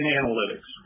analytics